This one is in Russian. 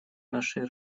нашей